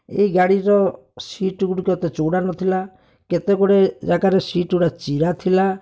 ଏଇ ଗାଡ଼ିର ସିଟ୍ ଗୁଡ଼ିକ ଏତେ ଚଉଡ଼ା ନ ଥିଲା କେତେ ଗୁଡ଼ିଏ ଜାଗାରେ ସିଟ୍ ଗୁଡ଼ାକ ଚିରା ଥିଲା